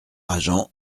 agent